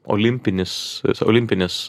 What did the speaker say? olimpinis olimpinės